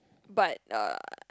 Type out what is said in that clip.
but uh